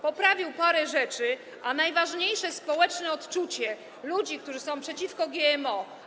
Poprawił parę rzeczy, a pominął najważniejsze - społeczne odczucie ludzi, którzy są przeciwko GMO.